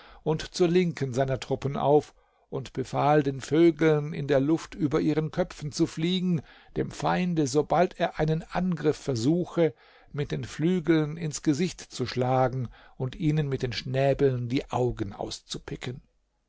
und zur linken seiner truppen auf und befahl den vögeln in der luft über ihren köpfen zu fliegen dem feinde sobald er einen angriff versuche mit den flügeln ins gesicht zu schlagen und ihnen mit den schnäbeln die augen auszupicken